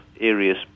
areas